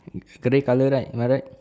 grey colour right am I right